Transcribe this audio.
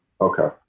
Okay